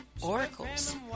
Oracles